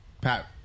Pat